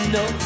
no